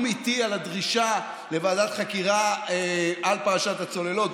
איתי על הדרישה לוועדת חקירה על פרשת הצוללות,